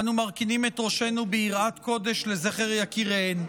אנו מרכינים את ראשנו ביראת קודש לזכר יקיריהן.